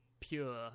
pure